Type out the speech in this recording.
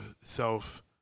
self